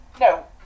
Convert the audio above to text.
no